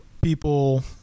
people